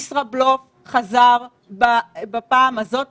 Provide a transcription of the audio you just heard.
יהיה מצב כזה ולדעתי כולם פה מסכימים לדבר הזה.